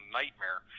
nightmare